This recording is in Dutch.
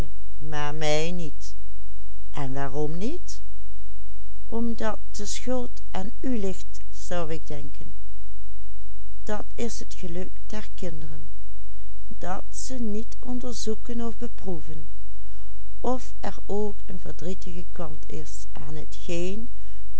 ligt zou ik denken dat is het geluk der kinderen dat ze niet onderzoeken of beproeven of er ook een verdrietige kant is aan